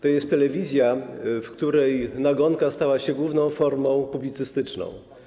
To jest telewizja, w której nagonka stała się główną formą publicystyczną.